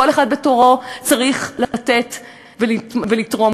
כל אחד בתורו צריך לתת ולתרום,